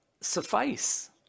suffice